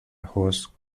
ajos